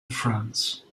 france